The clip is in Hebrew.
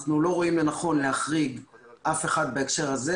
אנחנו לא רואים לנכון להחריג אף אחד בהקשר הזה.